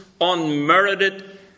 unmerited